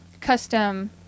custom